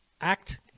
act